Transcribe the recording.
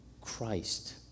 Christ